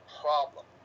problem